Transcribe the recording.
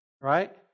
right